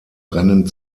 rennen